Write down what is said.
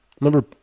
remember